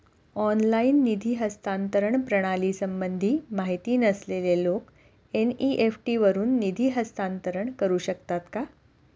Online निधी हस्तांतरण प्रणालीसंबंधी माहिती नसलेले लोक एन.इ.एफ.टी वरून निधी हस्तांतरण करू शकतात का?